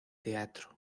teatro